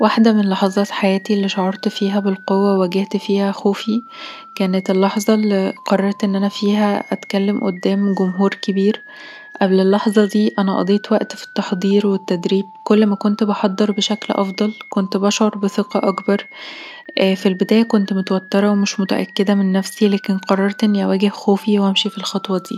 واحده من لحظات حياتي اللي شعرت فيها بالقوة وواجهت فيها خوفي كانت اللحظه اللي قررت أنا فيها اتكلم قدام جمهور كبيرقبل اللحظة دي، قضيت وقت في التحضير والتدريب. كل ما كنت بحضر بشكل أفضل، كنت بشعر بثقة أكبر، في البداية، كنت متوترة ومش متأكدة من نفسي، لكن قررت أني أواجه خوفي وأمشي في الخطوة دي